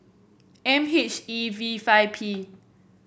M H E V five P